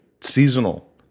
seasonal